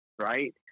right